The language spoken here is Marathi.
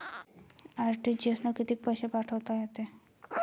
आर.टी.जी.एस न कितीक पैसे पाठवता येते?